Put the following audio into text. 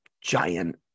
giant